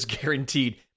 guaranteed